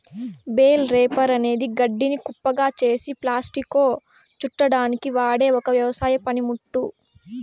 bale wrapper అనేది గడ్డిని కుప్పగా చేసి ప్లాస్టిక్లో చుట్టడానికి వాడె ఒక వ్యవసాయ పనిముట్టు